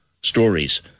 stories